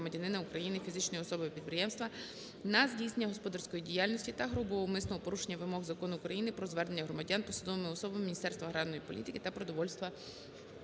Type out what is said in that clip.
Дякую.